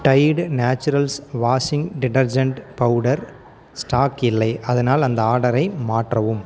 Tide Naturals washing detergent powder stock இல்லை அதனால் அந்த ஆர்டரை மாற்றவும்